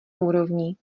úrovni